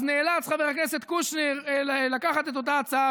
אז נאלץ חבר הכנסת קושניר לקחת את אותה הצעה